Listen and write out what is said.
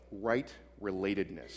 right-relatedness